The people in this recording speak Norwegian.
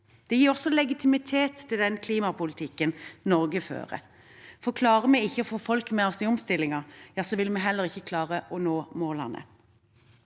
Det gir også legitimitet til den klimapolitikken Norge fører. For klarer vi ikke å få folk med oss i omstillingen, vil vi heller ikke klare å nå målene.